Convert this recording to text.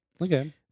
Okay